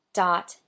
dot